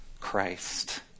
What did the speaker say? Christ